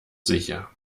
sicher